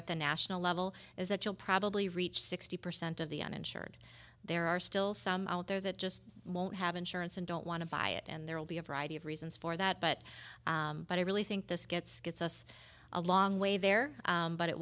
at the national level is that you'll probably reach sixty percent of the uninsured there are still some out there that just won't have insurance and don't want to buy it and there will be a variety of reasons for that but but i really think this gets gets us a long way there but it